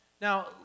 Now